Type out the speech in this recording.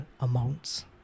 amounts